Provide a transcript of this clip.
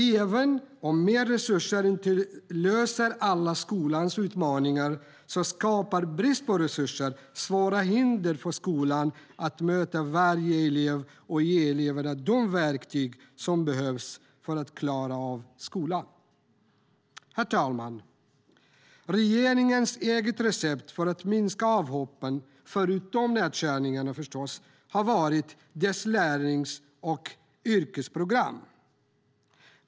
Även om mer resurser inte löser alla skolans utmaningar skapar brist på resurser svåra hinder för skolan att möta varje elev och ge eleverna de verktyg som behövs för att klara av skolan. Herr talman! Regeringens eget recept för att minska avhoppen, förutom nedskärningarna förstås, har varit dess lärlings och yrkesprogram.